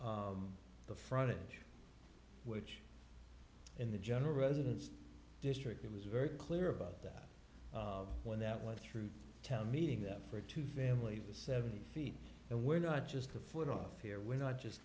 with the front edge which in the general residence district it was very clear about that when that went through town meeting that for two families the seventy feet and we're not just a foot off here we're not just